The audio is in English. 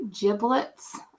giblets